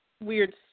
weird